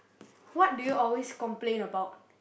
what do you always complain about